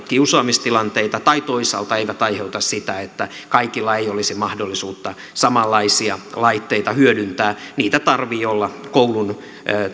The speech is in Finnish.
kiusaamistilanteita tai toisaalta eivät aiheuta sitä että kaikilla ei olisi mahdollisuutta samanlaisia laitteita hyödyntää niitä tarvitsee olla koulun